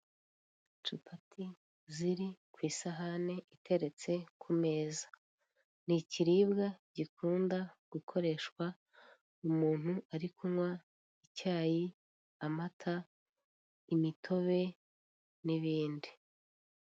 Capati ziri ku isahani iteretse ku meza ni ikiribwa gikunda gukoreshwa umuntu ari kunkwa icyayi, amata, imitobe n'bindi.